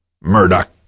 Murdoch